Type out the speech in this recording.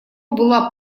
была